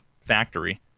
factory